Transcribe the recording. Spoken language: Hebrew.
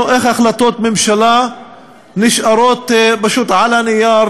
איך החלטות ממשלה נשארות פשוט על הנייר,